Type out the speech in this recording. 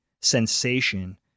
sensation